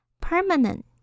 Permanent